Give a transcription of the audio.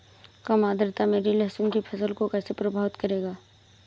कम आर्द्रता मेरी लहसुन की फसल को कैसे प्रभावित करेगा?